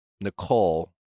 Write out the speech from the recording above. Nicole